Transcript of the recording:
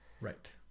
Right